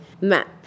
map